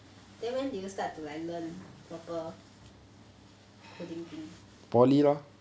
then when did you start to like learn proper coding thing